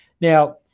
Now